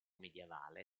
medievale